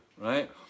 right